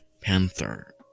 Panther